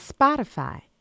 Spotify